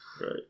Right